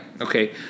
Okay